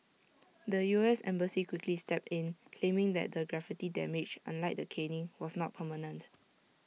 the U S embassy quickly stepped in claiming that the graffiti damage unlike the caning was not permanent